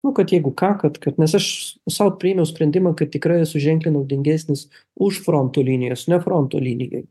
nu kad jeigu ką kad kad nes aš sau priėmiau sprendimą kad tikrai esu ženkliai naudingesnis už fronto linijos ne fronto linijoj